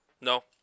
No